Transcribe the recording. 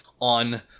on